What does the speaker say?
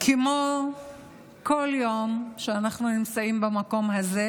כמו בכל יום שאנחנו נמצאים במקום הזה,